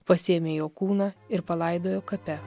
pasiėmė jo kūną ir palaidojo kape